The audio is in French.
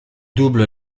double